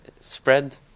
spread